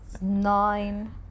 Nine